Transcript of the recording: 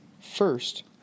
First